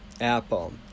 Apple